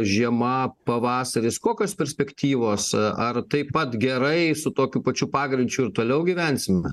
žiema pavasaris kokios perspektyvos ar taip pat gerai su tokiu pačiu pagreičiu ir toliau gyvensime